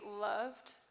loved